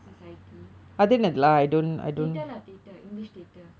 society theatre lah theatre english theatre